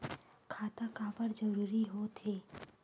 खाता काबर जरूरी हो थे?